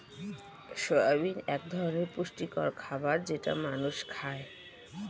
soybean এক ধরনের পুষ্টিকর খাবার যেটা মানুষ খায়